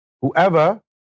Whoever